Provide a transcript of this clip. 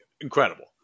incredible